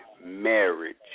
marriage